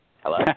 Hello